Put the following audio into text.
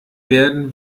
werden